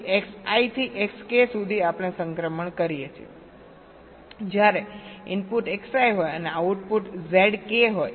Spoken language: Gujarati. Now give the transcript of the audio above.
તેથી Xi થી Xk સુધી આપણે સંક્રમણ કરીએ છીએ જ્યારે ઇનપુટ Xi હોય અને આઉટપુટ Zk હોય